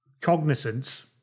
cognizance